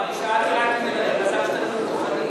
שאלתי רק אם אלעזר שטרן הוא כוחני.